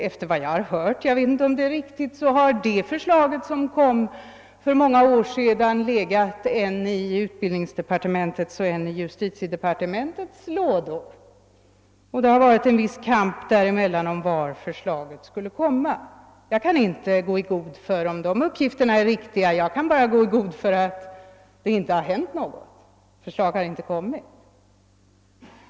Efter vad jag hört — jag vet inte om det är riktigt — har det förslaget, som kom för många år sedan, legat än i utbildningsdepartementets, än i justitiedepartementets lådor. Det har rått en viss kamp mellan departementen om var ärendet skulle hamna. Jag kan inte gå i god för att uppgifterna är riktiga, bara för att något förslag inte har framlagts för riksdagen.